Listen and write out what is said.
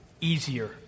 easier